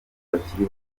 bakiri